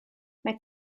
mae